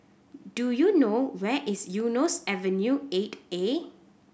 do you know where is Eunos Avenue Eight A